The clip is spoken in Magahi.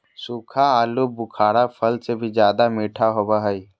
सूखा आलूबुखारा फल से भी ज्यादा मीठा होबो हइ